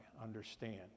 understand